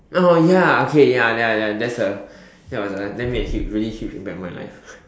oh ya okay ya ya ya that's a that was a that made a huge a really huge impact on my life